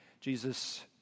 Jesus